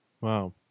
Wow